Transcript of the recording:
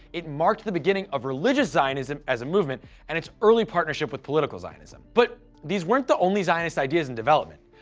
it marked the beginning of religious zionism as a movement and its early partnership with political zionism. but these weren't the only zionist ideas in development.